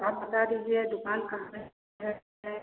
आप बता दीजिए दुकान कहाँ पर है है